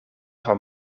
van